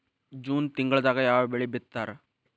June ತಿಂಗಳದಾಗ ಯಾವ ಬೆಳಿ ಬಿತ್ತತಾರ?